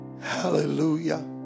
Hallelujah